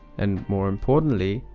and more importantly,